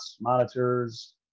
monitors